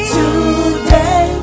today